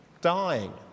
dying